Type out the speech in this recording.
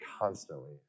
constantly